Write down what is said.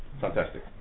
fantastic